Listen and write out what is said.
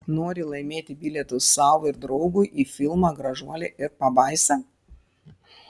nori laimėti bilietus sau ir draugui į filmą gražuolė ir pabaisa